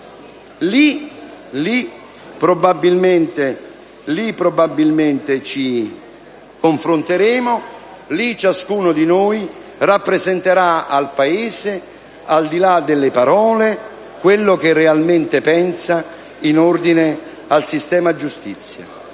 Lì probabilmente ci confronteremo; lì ciascuno di noi rappresenterà al Paese, al di là delle parole, quello che realmente pensa in ordine al sistema giustizia